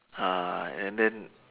uh and then